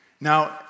Now